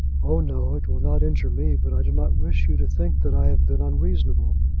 oh, no it will not injure me but i do not wish you to think that i have been unreasonable.